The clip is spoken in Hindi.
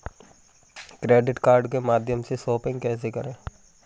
क्रेडिट कार्ड के माध्यम से शॉपिंग कैसे करें?